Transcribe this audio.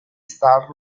star